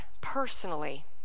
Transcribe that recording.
personally